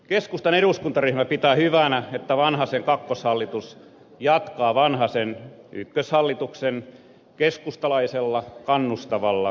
keskustan eduskuntaryhmä pitää hyvänä että vanhasen kakkoshallitus jatkaa vanhasen ykköshallituksen keskustalaisella kannustavalla verolinjalla